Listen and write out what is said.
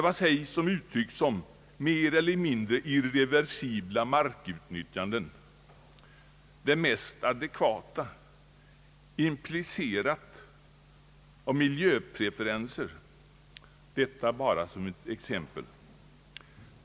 Vad sägs om uttryck som »mer eller mindre irreversibla markutnyttjanden», »det mest adekvata», »implicerat» och »miljöpreferenser» för att nämna några exempel.